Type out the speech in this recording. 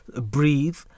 breathe